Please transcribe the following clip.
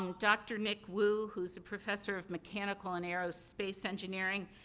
um dr. nick wu, who's a professor of mechanical and aerospace engineering,